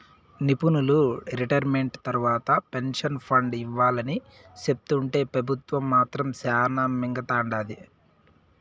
నిపునులు రిటైర్మెంట్ తర్వాత pension fund ఇవ్వాలని సెప్తుంటే పెబుత్వం మాత్రం శానా మింగతండాది